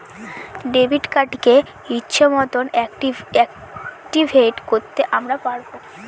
debit কার্ডকে ইচ্ছে মতন অ্যাকটিভেট করতে আমরা পারবো